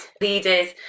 leaders